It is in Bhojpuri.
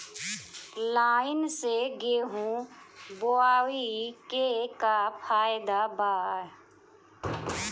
लाईन से गेहूं बोआई के का फायदा बा?